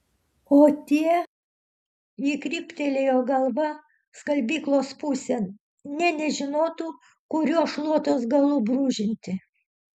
o tie ji kryptelėjo galva skalbyklos pusėn nė nežinotų kuriuo šluotos galu brūžinti